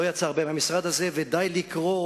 לא יצא הרבה מהמשרד הזה, ודי לקרוא.